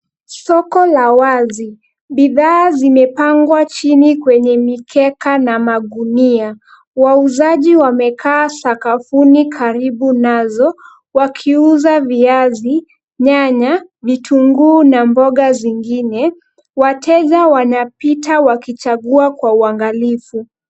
Soko la wazi. Bidhaa zimepangwa chini kwenye mikeka na magunia, wauzaji wamekaa sakafuni karibu nazo wakiuza viazi, nyanya, vitunguu, na mboga zingine. Wateja wanapita wakichagua kwa uangalifu.